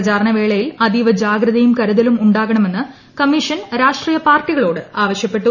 പ്രക്പാ്രണ വേളയിൽ അതീവ ജാഗ്രതയും കരുതലും ഉണ്ടാകണ്മെന്ന് കമ്മീഷൻ രാഷ്ട്രീയ പാർട്ടികളോട് ആവശ്യപ്പെട്ടു